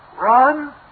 Run